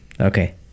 Okay